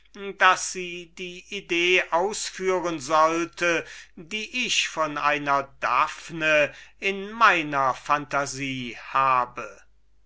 daß sie die idee ausführen sollte die ich von einer daphne in meiner phantasie habe